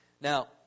Now